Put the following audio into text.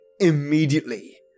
Immediately